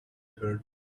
heard